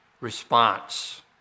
response